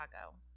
Chicago